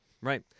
right